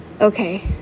okay